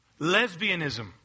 Lesbianism